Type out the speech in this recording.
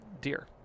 deer